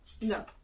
No